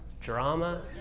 Drama